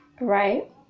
Right